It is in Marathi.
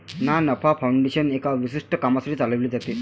ना नफा फाउंडेशन एका विशिष्ट कामासाठी चालविले जाते